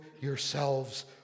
yourselves